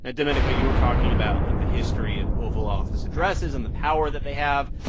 ah domenico, you were talking about, like, the history of oval office addresses and the power that they have.